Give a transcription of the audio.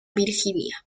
virginia